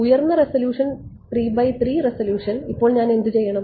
ഉയർന്ന resolution resolution ഇപ്പോൾ ഞാൻ എന്തുചെയ്യണം